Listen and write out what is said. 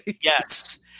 Yes